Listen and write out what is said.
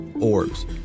orbs